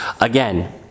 Again